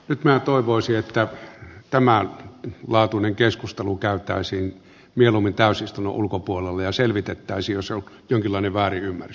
nyt minä toivoisin että tämänlaatuinen keskustelu käytäisiin mieluummin täysistunnon ulkopuolella ja selvitettäisiin jos on jonkinlainen väärinymmärrys